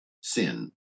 sin